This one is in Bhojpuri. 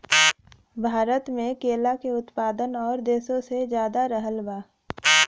भारत मे केला के उत्पादन और देशो से ज्यादा रहल बा